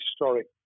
historic